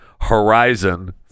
horizon